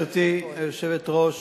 גברתי היושבת-ראש,